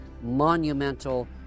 monumental